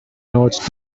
notes